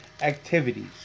activities